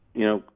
you know,